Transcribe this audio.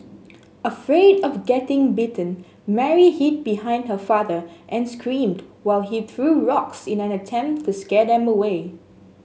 afraid of getting bitten Mary hid behind her father and screamed while he threw rocks in an attempt to scare them away